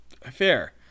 Fair